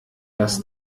dass